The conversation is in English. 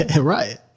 Right